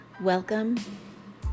welcome